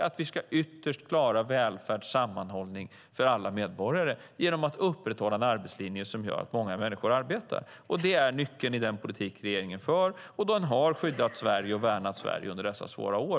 Ytterst ska vi klara välfärd och sammanhållning för alla medborgare genom att upprätthålla en arbetslinje som gör att många människor arbetar. Det är nyckeln i den politik som regeringen för. Den har skyddat och värnat Sverige under dessa svåra år.